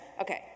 Okay